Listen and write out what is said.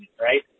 right